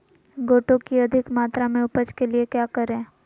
गोटो की अधिक मात्रा में उपज के लिए क्या करें?